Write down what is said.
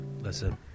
Listen